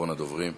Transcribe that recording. אחרון הדוברים.